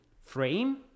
frame